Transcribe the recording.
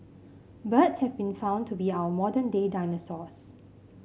birds have been found to be our modern day dinosaurs